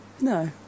No